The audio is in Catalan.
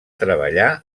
treballar